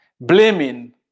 Blaming